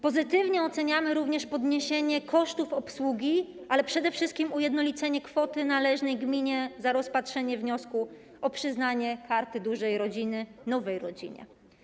Pozytywnie oceniamy również podniesienie kosztów obsługi, ale przede wszystkim ujednolicenie kwoty należnej gminie za rozpatrzenie wniosku o przyznanie Karty Dużej Rodziny nowej rodzinie.